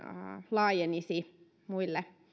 laajenisi muille